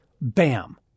bam